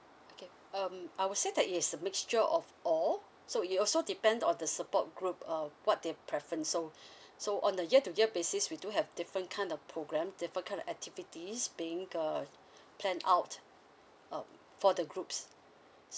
okay um I would say that is a mixture of all so it also depend on the support group err what they preference so so on the year to year basis we do have different kind of program different kind of activities being uh planned out uh for the groups